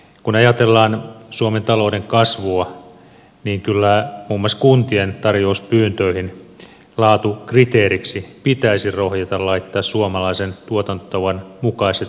kun ajatellaan suomen talouden kasvua niin kyllä muun muassa kuntien tarjouspyyntöihin laatukriteeriksi pitäisi rohjeta laittaa suomalaisen tuotantotavan mukaiset kriteerit